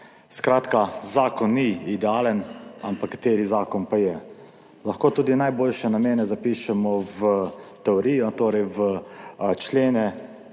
Skratka, zakon ni idealen, ampak kateri zakon pa je? Lahko tudi najboljše namene zapišemo v teorijo, torej v člene,